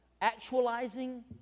actualizing